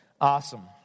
awesome